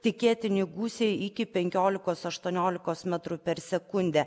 tikėtini gūsiai iki penkiolikos aštuoniolikos metrų per sekundę